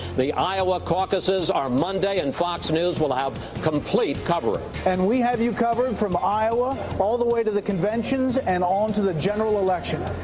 the iowa caucuses are monday and fox news will have complete coverage. and we have you covered from iowa, all the way to the conventions and on to the general election.